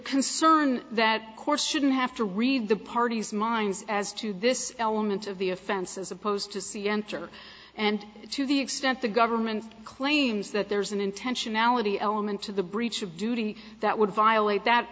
concern that course shouldn't have to read the party's minds as to this element of the offense as opposed to see enter and to the extent the government claims that there's an intentionality element to the breach of duty that would violate that